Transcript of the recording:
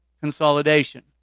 Consolidation